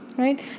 Right